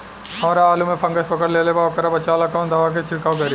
हमरा आलू में फंगस पकड़ लेले बा वोकरा बचाव ला कवन दावा के छिरकाव करी?